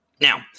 Now